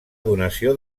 donació